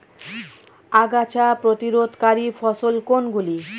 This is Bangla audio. আগাছা প্রতিরোধকারী ফসল কোনগুলি?